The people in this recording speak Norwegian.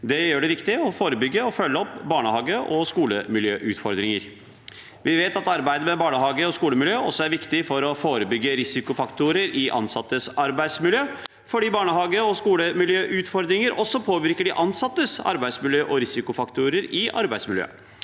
Det gjør det viktig å forebygge og følge opp barnehage- og skolemiljøutfordringer. Vi vet at arbeidet med barnehage- og skolemiljø er viktig for å forebygge risikofaktorer i ansattes arbeidsmiljø, fordi barnehage- og skolemiljøutfordringer også påvirker de ansattes arbeidsmiljø og risikofaktorer i arbeidsmiljøet.